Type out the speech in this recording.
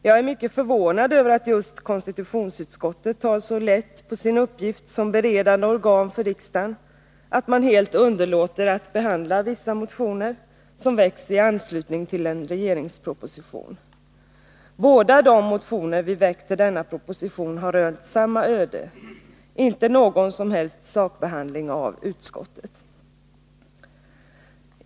Jag är mycket förvånad över att just konstitutionsutskottet tar så lätt på sin uppgift som beredande organ för riksdagen, att det helt underlåter: att behandla vissa motioner, som väcks i anslutning till en regeringsproposition. Båda de motioner som vi har väckt med anledning av denna proposition har rönt samma öde, dvs. de har inte fått någon som helst sakbehandling av utskottet.